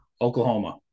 Oklahoma